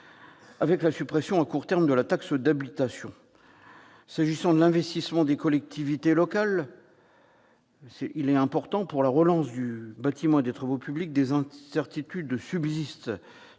avec la suppression à court terme de la taxe d'habitation. S'agissant de l'investissement des collectivités locales, domaine important pour la relance du bâtiment et des travaux publics, des incertitudes subsistent